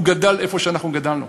הוא גדל איפה שאנחנו גדלנו,